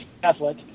Catholic